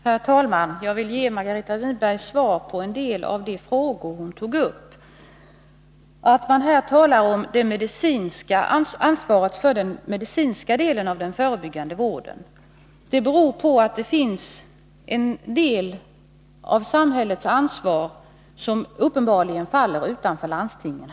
Herr talman! Jag vill ge Margareta Winberg svar på en del av de frågor som hon tog upp. Att vi talar om ansvaret för den medicinska delen av den förebyggande vården beror på att en del av samhällets ansvar här uppenbarligen faller utanför landstingen.